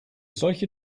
solche